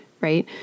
right